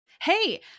Hey